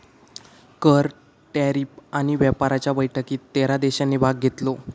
कर, टॅरीफ आणि व्यापाराच्या बैठकीत तेरा देशांनी भाग घेतलो